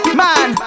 man